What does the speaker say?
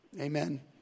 Amen